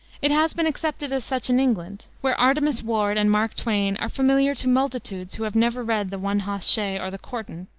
it has been accepted as such in england, where artemus ward and mark twain are familiar to multitudes who have never read the one-hoss-shay or the courtin'.